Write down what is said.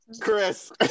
Chris